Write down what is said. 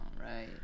right